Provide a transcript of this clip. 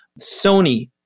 Sony